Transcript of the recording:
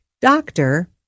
Doctor